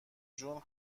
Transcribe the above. جون